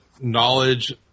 knowledge